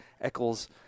Eccles